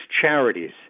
charities